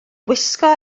gwisgo